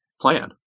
plan